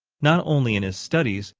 not only in his studies,